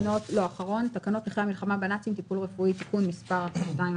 תקנות נכי המלחמה בנאצים (טיפול רפואי) (תיקון מס' 2),